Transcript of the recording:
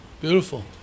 Beautiful